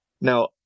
now